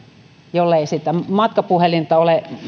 jollei sitä matkapuhelinta ole